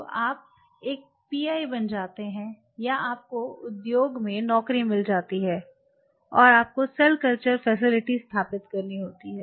तो आप एक पीआई बन जाते हैं या आपको उद्योग में नौकरी मिल जाती है और आपको सेल कल्चर फैसिलिटी स्थापित करनी होती है